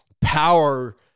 power